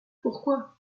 pourquoi